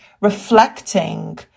reflecting